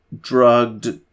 drugged